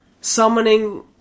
summoning